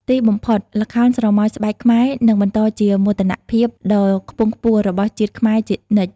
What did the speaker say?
ទីបំផុត ល្ខោនស្រមោលស្បែកខ្មែរនឹងបន្តជាមោទនភាពដ៏ខ្ពង់ខ្ពស់របស់ជាតិខ្មែរជានិច្ច។